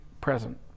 present